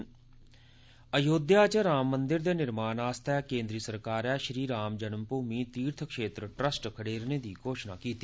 अयोध्या च राम मंदिर दे निर्माण आस्तै केन्द्रीय सरकारै श्री राम जन्म भूमि तीर्थ क्षेत्र ट्रस्ट खडेरने दी घोषणा कीती